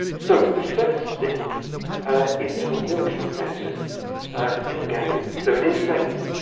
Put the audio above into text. so the first sting is to the walking centers in the ganglia. so in insects,